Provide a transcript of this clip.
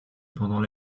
pendant